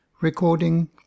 Recording